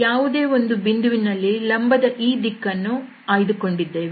ಯಾವುದೇ ಒಂದು ಬಿಂದುವಿನಲ್ಲಿ ಲಂಬದ ಈ ದಿಕ್ಕನ್ನು ಆಯ್ದುಕೊಂಡಿದ್ದೇವೆ